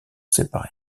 séparé